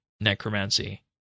necromancy